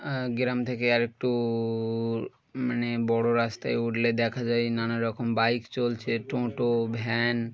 গ্রাম থেকে আরেকটু মানে বড়ো রাস্তায় উঠলে দেখা যায় নানা রকম বাইক চলছে টোটো ভ্যান